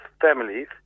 families